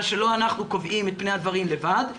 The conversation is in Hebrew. שלא אנחנו קובעים את פני הדברים לבד,